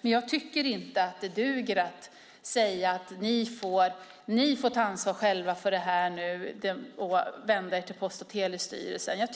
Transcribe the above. Men det duger inte att säga: Ni får ta ansvar själva för detta och vända er till Post och telestyrelsen.